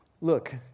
Look